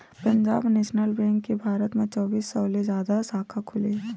Punjab national bank के भारत म चौबींस सौ ले जादा साखा खुले हे